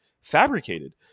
fabricated